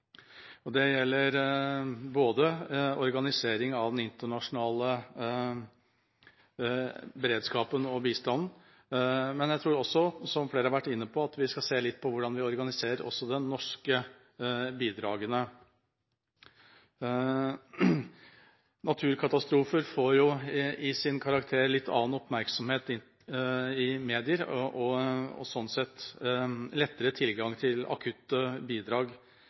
Det gjelder organiseringen av den internasjonale beredskapen og bistanden, men jeg tror også, som flere har vært inne på, at vi skal se litt på hvordan vi organiserer de norske bidragene. Naturkatastrofer får jo, ved sin karakter, litt annen oppmerksomhet i mediene og sånn sett lettere tilgang til akutte bidrag.